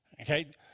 Okay